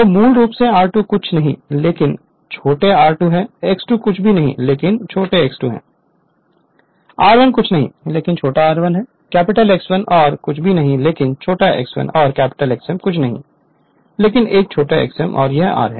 तो मूल रूप से r2 ' कुछ नहीं लेकिन छोटे r2 ' है X2 ' कुछ नहीं लेकिन छोटे x2 ' है R1 कुछ नहीं लेकिन छोटे r1 है कैपिटल X1 और कुछ नहीं लेकिन छोटे x1 और कैपिटल Xm कुछ नहीं लेकिन एक छोटे से xm और यह r है